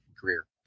career